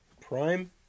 Prime